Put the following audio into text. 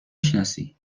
شناسی